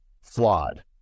flawed